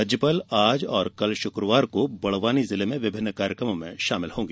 राज्यपाल आज और कल शुक्रवार को बड़वानी जिले में विभिन्न कार्यक्रमों में शामिल होंगी